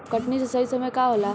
कटनी के सही समय का होला?